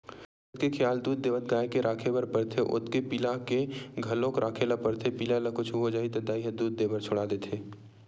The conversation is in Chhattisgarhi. जतके खियाल दूद देवत गाय के राखे बर परथे ओतके पिला के घलोक राखे ल परथे पिला ल कुछु हो जाही त दाई ह दूद देबर छोड़ा देथे